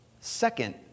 Second